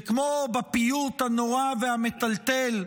וכמו בפיוט הנורא והמטלטל,